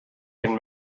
can